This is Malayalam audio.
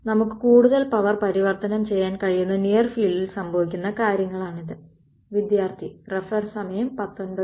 നമുക്ക് കൂടുതൽ പവർ പരിവർത്തനം ചെയ്യാൻ കഴിയുന്ന നിയർ ഫീൽഡിൽ സംഭവിക്കുന്ന കാര്യങ്ങളാണിത്